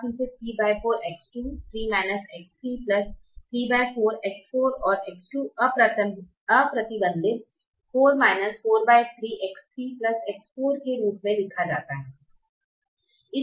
अब इसे 34 X2 3 X3 34 X4 और X2 अप्रतिबंधित 4 43 X3 X4 के रूप में लिखा जाता है